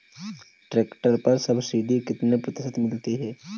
Tractor पर subsidy कितने प्रतिशत मिलती है?